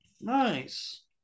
Nice